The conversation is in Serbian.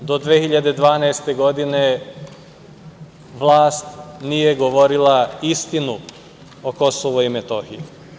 Do 2012. godine vlast nije govorila istinu o Kosovu i Metohiji.